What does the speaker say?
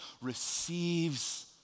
receives